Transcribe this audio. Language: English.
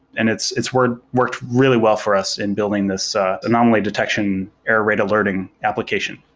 and it's it's worked worked really well for us in building this anomaly detection error rate alerting application.